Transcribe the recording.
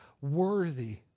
worthy